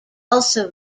also